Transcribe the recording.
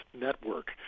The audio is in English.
network